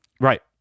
Right